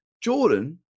Jordan